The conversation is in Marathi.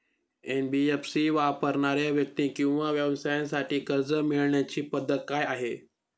एन.बी.एफ.सी वापरणाऱ्या व्यक्ती किंवा व्यवसायांसाठी कर्ज मिळविण्याची पद्धत काय आहे?